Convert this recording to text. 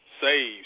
save